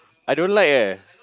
I don't like eh